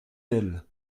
elle